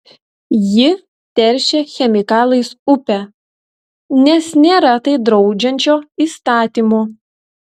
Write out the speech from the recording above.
ji teršia chemikalais upę nes nėra tai draudžiančio įstatymo